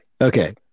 Okay